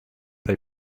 they